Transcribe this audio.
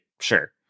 Sure